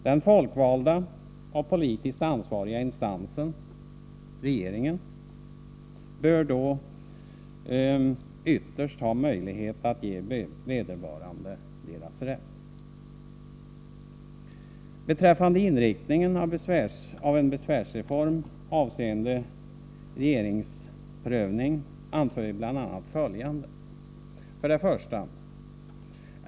Den folkvalda och politiskt ansvariga instansen, regeringen, bör då ytterst ha möjlighet att ge vederbörande deras rätt. Beträffande inriktningen av en besvärsreform avseende regeringsprövning anför vi bl.a. följande: 1.